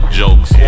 jokes